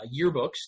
yearbooks